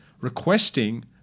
requesting